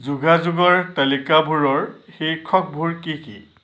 যোগাযোগৰ তালিকাবোৰৰ শীৰ্ষকবোৰ কি কি